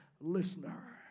listener